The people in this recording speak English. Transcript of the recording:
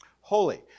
Holy